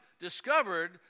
discovered